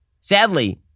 Sadly